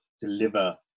deliver